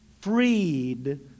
freed